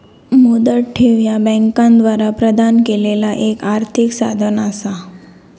मुदत ठेव ह्या बँकांद्वारा प्रदान केलेला एक आर्थिक साधन असा